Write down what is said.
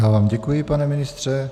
Já vám děkuji, pane ministře.